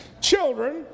children